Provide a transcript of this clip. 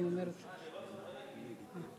התשע"ב 2012, לוועדת הכלכלה נתקבלה.